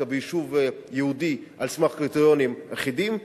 ביישוב יהודי על סמך קריטריונים אחידים,